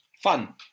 fun